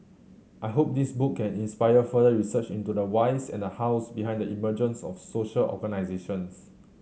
I hope this book can inspire further research into the whys and the hows behind the emergence of social organisations